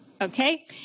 Okay